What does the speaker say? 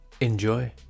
Enjoy